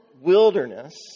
wilderness